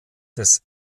des